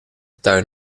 tuin